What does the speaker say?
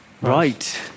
Right